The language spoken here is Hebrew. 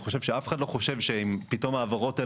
לדעתי אף אחד לא חושב שאם פתאום ההעברות האלה